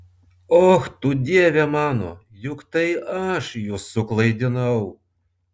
och tu dieve mano juk tai aš jus suklaidinau